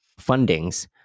fundings